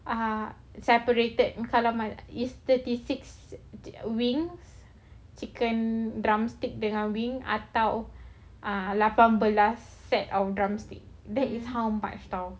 ah separated kalau ma~ is thirty six wings chicken drumsticks dengan wing atau lapan belas set of drumstick that is how much [tau]